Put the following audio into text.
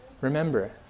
Remember